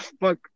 Fuck